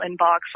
inbox